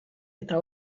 eta